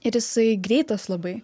ir jisai greitas labai